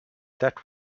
that